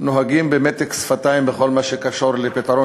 נוהגים במתק שפתיים בכל מה שקשור לפתרון